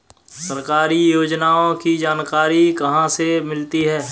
सरकारी योजनाओं की जानकारी कहाँ से मिलती है?